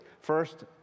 First